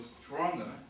stronger